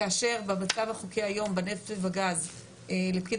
כאשר במצב החוקי היום בנפט ובגז לפקיד